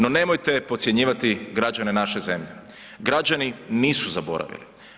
No nemojte podcjenjivati građane naše zemlje, građani nisu zaboravili.